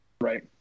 right